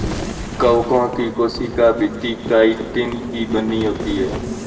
कवकों की कोशिका भित्ति काइटिन की बनी होती है